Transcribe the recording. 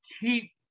keep